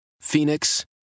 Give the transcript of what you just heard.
Phoenix